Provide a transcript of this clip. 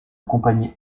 compagnie